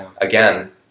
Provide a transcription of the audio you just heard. again